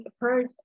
heard